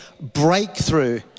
breakthrough